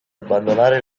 abbandonare